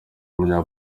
w’umunya